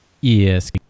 yes